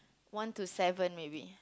one to seven maybe